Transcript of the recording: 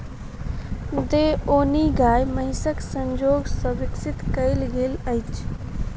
देओनी गाय महीसक संजोग सॅ विकसित कयल गेल अछि